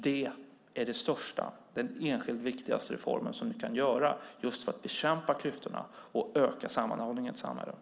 Det är den enskilt viktigaste reformen som vi kan göra just för att bekämpa klyftorna och öka sammanhållningen i samhället.